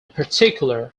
particular